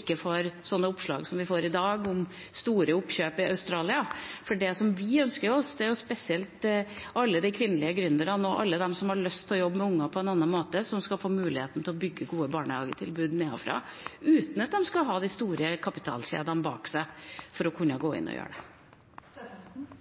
ikke får sånne oppslag som vi har fått i dag, om store oppkjøp i Australia. For det vi ønsker oss, er spesielt at alle de kvinnelige gründerne og alle de som har lyst til å jobbe med unger på en annen måte, skal få muligheten til å bygge gode barnehagetilbud nedenfra, uten å måtte ha de store kapitalkjedene bak seg for å kunne gå inn og gjøre det.